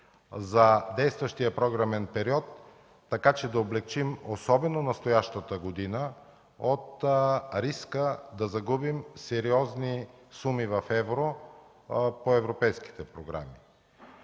за действащия програмен период, така че да облекчим особено настоящата година от риска да загубим сериозни суми в евро по европейските програми.